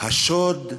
השוד?